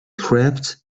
crept